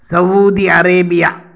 Saudi Arabia